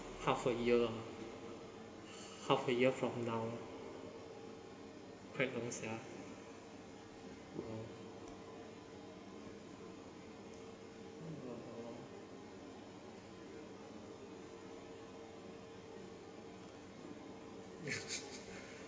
half a year half a year from now quite long sia